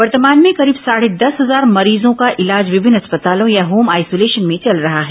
वर्तमान में करीब साढ़े दस हजार मरीजों का इलाज विभिन्न अस्पतालों या होम आइसोलेशन में चल रहा है